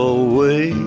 away